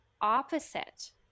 opposite